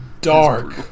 dark